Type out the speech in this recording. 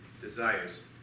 desires